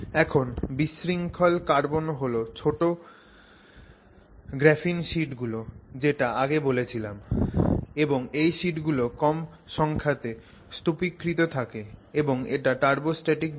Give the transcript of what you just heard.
এখন বিশৃঙ্খল কার্বন হল ছোট গ্রাফিন শিট গুলো যেটা আগে বলেছিলাম এবং এই শিট গুলো কম সংখ্যাতে স্তুপীকৃত থাকে এবং এটা turbostatic disorder